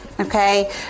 Okay